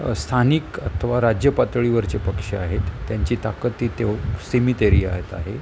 स्थानिक अथवा राज्य पातळीवरचे पक्ष आहेत त्यांची ताकत तेव सिमित एरियात आहे